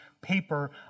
paper